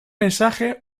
mensaje